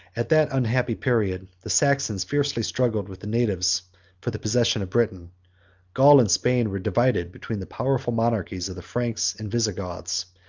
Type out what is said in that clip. at that unhappy period, the saxons fiercely struggled with the natives for the possession of britain gaul and spain were divided between the powerful monarchies of the franks and visigoths,